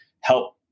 help